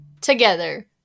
together